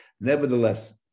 Nevertheless